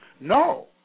No